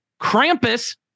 Krampus